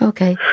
Okay